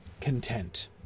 content